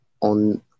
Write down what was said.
on